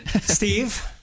Steve